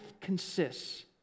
consists